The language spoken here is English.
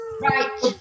Right